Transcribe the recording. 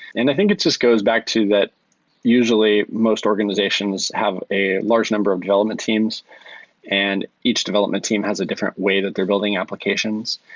and i think it's just goes back to that usually most organizations have a large number of development teams and each development team has a different way that they're building applications.